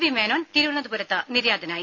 V Menon തിരുവനന്തപുരത്ത് നിര്യാതനായി